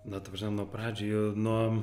na ta prasme nuo pradžių jau nuo